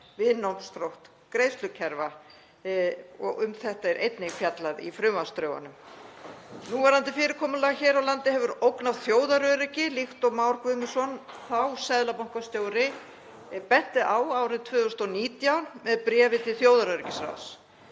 viðnámsþrótt greiðslukerfa og um þetta er einnig fjallað í frumvarpsdrögunum. Núverandi fyrirkomulag hér á landi hefur ógnað þjóðaröryggi líkt og Már Guðmundsson, þá seðlabankastjóri, benti á árið 2019 með bréfi til þjóðaröryggisráðs.